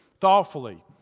thoughtfully